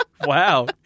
Wow